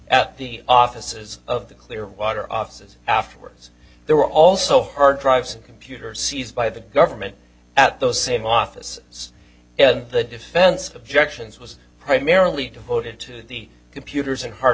at the offices of the clearwater offices afterwards there were also hard drives and computers seized by the government at those same offices and the defense objections was primarily devoted to the computers and hard